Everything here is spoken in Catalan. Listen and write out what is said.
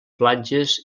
platges